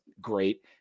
great